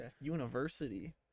University